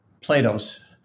Plato's